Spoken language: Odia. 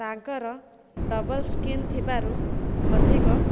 ତାଙ୍କର ଡବଲ ସ୍କ୍ରିନ୍ ଥିବାରୁ ଅଧିକ